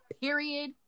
period